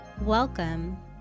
Welcome